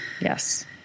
Yes